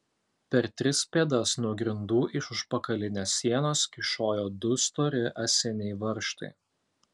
per tris pėdas nuo grindų iš užpakalinės sienos kyšojo du stori ąsiniai varžtai